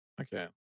Okay